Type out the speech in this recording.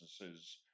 businesses